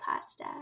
pasta